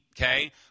Okay